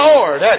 Lord